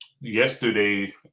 yesterday